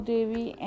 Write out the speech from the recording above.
Devi